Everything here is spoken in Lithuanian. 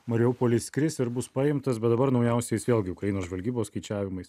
mariupolis kris ir bus paimtas bet dabar naujausiais vėlgi ukrainos žvalgybos skaičiavimais